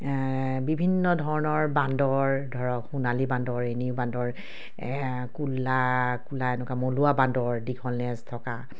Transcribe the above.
বিভিন্ন ধৰণৰ বান্দৰ ধৰক সোণালী বান্দৰ বান্দৰ ক'লা ক'লা এনেকুৱা মলুৱা বান্দৰ দীঘল নেজ থকা